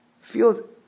feels